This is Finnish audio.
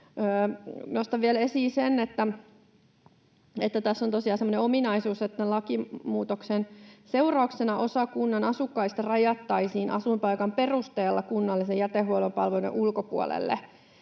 Nostan vielä esiin sen, että tässä on tosiaan semmoinen ominaisuus, että lakimuutoksen seurauksena osa kunnan asukkaista rajattaisiin asuinpaikan perusteella kunnallisen jätehuollon palveluiden ulkopuolelle